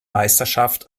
meisterschaft